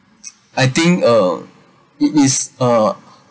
I think uh it is uh